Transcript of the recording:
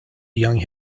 young